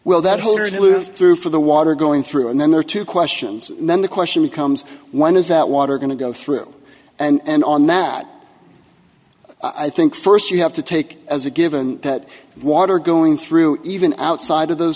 will that hold or to live through for the water going through and then there are two questions and then the question becomes one is that water going to go through and on that i think first you have to take as a given that water going through even outside of those